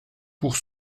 pour